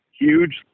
huge